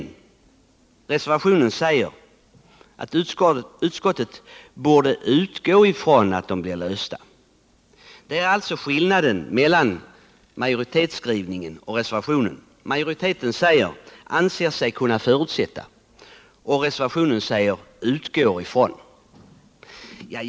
Reservationen säger att utskottet borde utgå från att det blir löst. Skillnaden mellan majoritetens skrivning och reservanternas skrivning är alltså att majoriteten säger ”anser sig —-—-- kunna förutsätta” och reservanterna säger ”utgår från”.